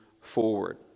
forward